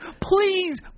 Please